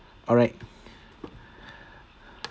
alright